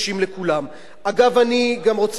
אגב, אני גם רוצה להגיד בעניין הזה,